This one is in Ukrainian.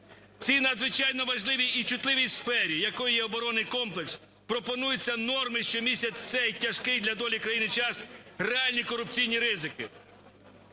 цій надзвичайно важливій і чутливій сфері, якою є оборонний комплекс, пропонуються норми, що містять в цей тяжкий для долі країни час реальні корупційні ризики.